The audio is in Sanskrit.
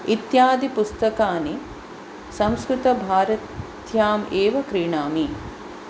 इत्यादि पुस्तकानि संस्कृतभारत्याम् एव क्रीणामि